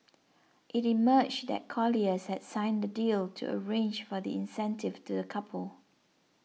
it emerged that Colliers had signed the deal to arrange for the incentive to the couple